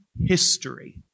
history